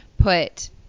put